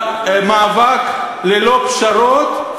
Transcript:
במאבק ללא פשרות,